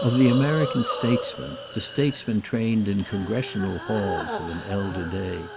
of the american statesman, the statesman trained in congressional halls, of an elder day.